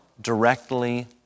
directly